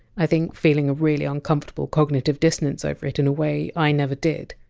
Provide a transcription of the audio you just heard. i think feeling a really uncomfortable cognitive dissonance over it in a way i never did.